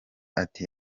ati